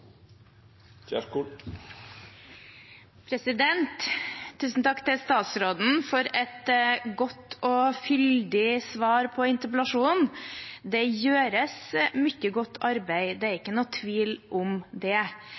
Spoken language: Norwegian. Tusen takk til statsråden for et godt og fyldig svar på interpellasjonen. Det gjøres mye godt arbeid, det er ikke noen tvil om det.